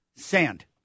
sand